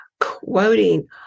quoting